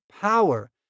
power